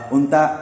Unta